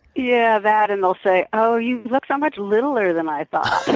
yeah, that and they'll say, oh, you look so much littler than i thought.